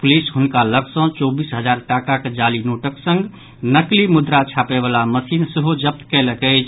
police हनका लऽग सँ चौबीस हजार टाकाक जाली नोटक संग नकलि मुद्रा छापयवला मशीन सेहो जब्त कयलक अछि